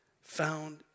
found